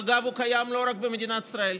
אגב, הוא קיים לא רק במדינת ישראל,